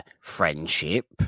friendship